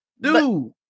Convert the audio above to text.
dude